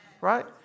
right